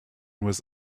was